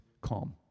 calm